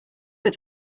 but